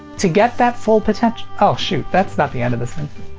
to get that full potenti, oh shoot, that's not the end of the sentence.